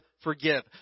forgive